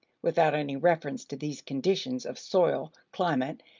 without any reference to these conditions of soil, climate,